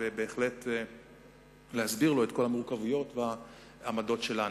ובהחלט להסביר לו את כל המורכבויות בעמדות שלנו.